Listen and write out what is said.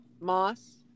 Moss